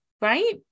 right